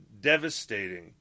devastating